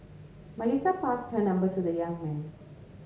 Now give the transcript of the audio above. Melissa passed her number to the young man